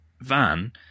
van